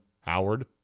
Howard